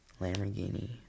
Lamborghini